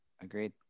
Agreed